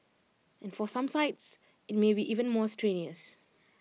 and for some sites IT may be even more strenuous